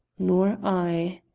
nor i.